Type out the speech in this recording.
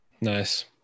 Nice